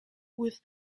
with